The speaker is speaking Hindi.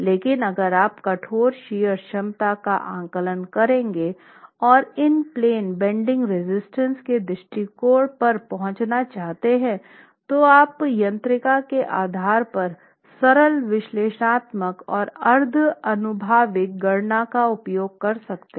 लेकिन अगर आप कठोर शियर क्षमता का आकलन करके और इन प्लेन बेन्डिंग रेजिस्टेंस के दृष्टिकोण पर पहुंचना चाहते हैं तो आप यांत्रिकी के आधार पर सरल विश्लेषणात्मक और अर्ध आनुभविक गणना का उपयोग कर सकते हैं